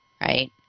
right